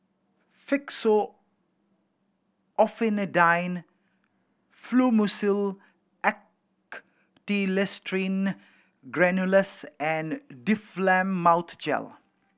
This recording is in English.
Fexofenadine Fluimucil Acetylcysteine Granules and Difflam Mouth Gel